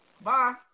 Bye